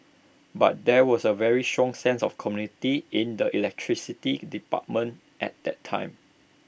but there was A very strong sense of community in the electricity department at that time